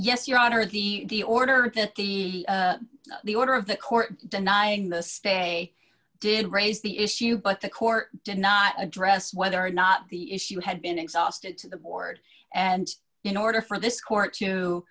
yes your honor the the order the order of the court denying the stay did raise the issue but the court did not address whether or not the issue had been exhausted to the board and in order for this court to